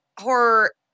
Horror